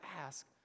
ask